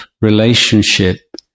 relationship